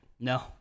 No